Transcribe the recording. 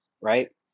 right